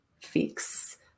fix